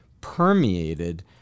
permeated